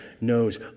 knows